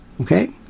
Okay